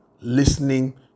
listening